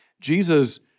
Jesus